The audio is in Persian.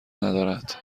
ندارد